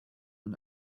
und